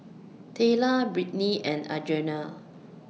Tayla Brittni and Adrianna